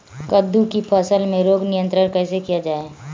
कददु की फसल में रोग नियंत्रण कैसे किया जाए?